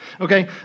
okay